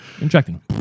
Injecting